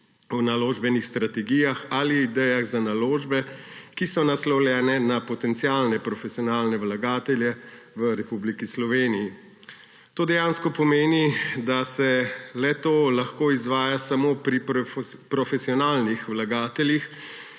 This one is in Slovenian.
o naložbenih strategijah ali idejah za naložbe, ki so naslovljene na potencialne profesionalne vlagatelje v Republiki Sloveniji. To dejansko pomeni, da se le-to lahko izvaja samo pri profesionalnih vlagateljih,